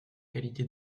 qualité